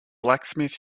blacksmith